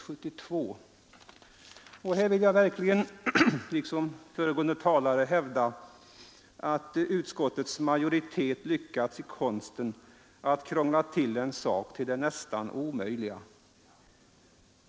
Liksom föregående talare vill jag där verkligen hävda att utskottets majoritet har lyckats i konsten att krångla till en sak till det nästan omöjliga.